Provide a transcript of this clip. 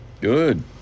Good